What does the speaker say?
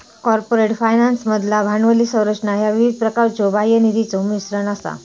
corporate फायनान्समधला भांडवली संरचना ह्या विविध प्रकारच्यो बाह्य निधीचो मिश्रण असा